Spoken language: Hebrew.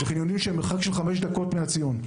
אלה חניונים שנמצאים במרחק של חמש דקות מן הציון.